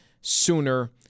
sooner